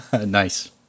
Nice